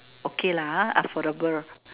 okay lah ah affordable